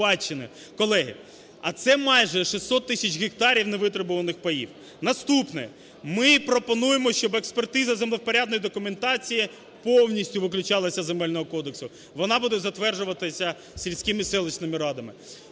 Колеги, а це майже 600 тисяч гектарів невитребуваних паїв. Наступне. Ми пропонуємо, щоб експертиза землевпорядної документації повністю виключалась з Земельного кодексу. Вона буде затверджуватися сільськими, селищними радами.